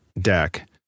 deck